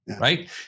right